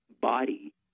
body